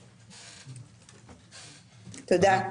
תודה.